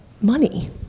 money